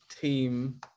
team